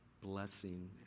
blessing